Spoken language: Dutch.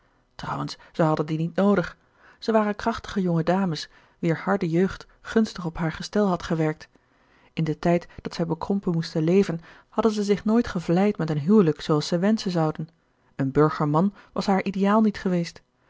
trouwens zij hadden die niet noodig zij waren krachtige jonge dames wier harde jeugd gunstig op haar gestel had gewerkt in den tijd dat zij bekrompen moesten leven hadden zij zich nooit gevleid met een huwelijk zooals zij wenschen zouden e een burgerman was haar ideaal niet geweest